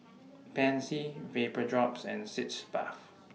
Pansy Vapodrops and Sitz Bath